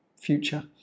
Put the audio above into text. future